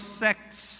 sects